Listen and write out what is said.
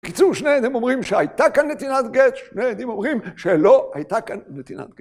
קיצור, שני עדים אומרים שהייתה כאן נתינת גט, שני עדים אומרים שלא הייתה כאן נתינת גט.